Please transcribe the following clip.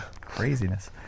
craziness